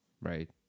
right